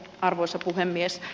arvoisa puhemies